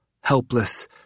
helpless